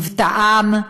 מבטאם,